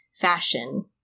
fashion